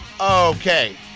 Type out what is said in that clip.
okay